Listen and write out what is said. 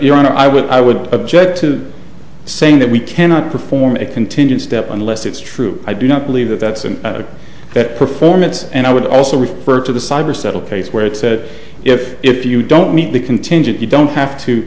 your honor i would i would object to saying that we cannot perform a continuous step on unless it's true i do not believe that that's and that performance and i would also refer to the cyber settle case where it said if if you don't meet the contingent you don't have to